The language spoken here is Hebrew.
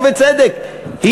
ובצדק,